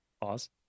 pause